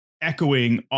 echoing